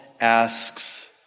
asks